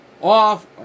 off